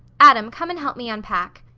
adam, come and help me unpack.